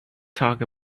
talk